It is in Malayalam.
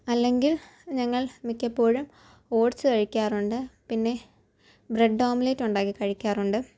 അല്ലെങ്കിൽ ഞങ്ങൾ മിക്കപ്പോഴും ഓട്സ് കഴിക്കാറുണ്ട് പിന്നെ ബ്രെഡ് ഓംലെറ്റ് ഉണ്ടാക്കി കഴിക്കാറുണ്ട്